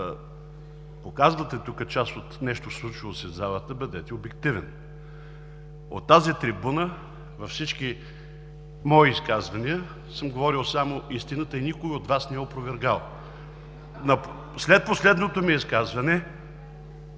показвате тук част от нещо, случвало се в залата, бъдете обективен. От тази трибуна във всички мои изказвания съм говорил само истината и никой от Вас не я опровергава. (Оживление в „БСП за